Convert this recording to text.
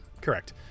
correct